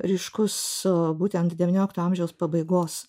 ryškus būtent devyniolikto amžiaus pabaigos